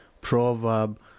proverb